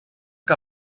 que